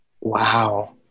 wow